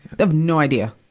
they have no idea.